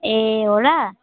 ए हो र